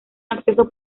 acceso